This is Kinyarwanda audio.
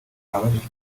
abajijwe